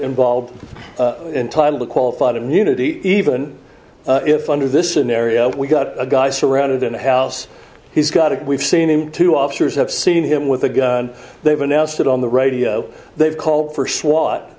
involved in title qualified immunity even if under this scenario we've got a guy surrounded in a house he's got it we've seen him two officers have seen him with a gun they've announced it on the radio they've called for swat